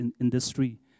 industry